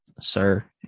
sir